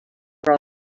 girl